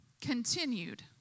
continued